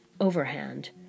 overhand